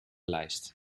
lijst